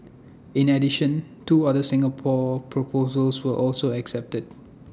in addition two other Singapore proposals were also accepted